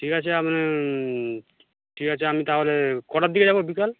ঠিক আছে ঠিক আছে আমি তাহলে কটার দিকে যাব বিকেল